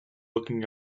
looking